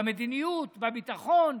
במדיניות, בביטחון,